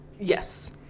Yes